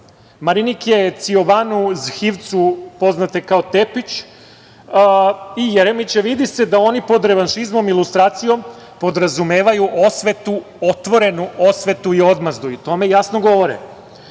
Marinike Zhivcu Cijobanu, poznate kao Tepić i Jeremića vidi se da oni pod revanšizmom i lustracijom podrazumevaju osvetu, otvorenu osvetu i odmazdu i o tome jasno govore.